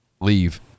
leave